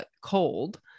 cold